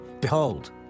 Behold